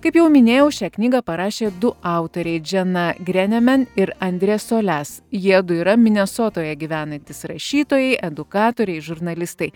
kaip jau minėjau šią knygą parašė du autoriai džana grenemen ir andrė solias jiedu yra minesotoje gyvenantys rašytojai edukatoriai žurnalistai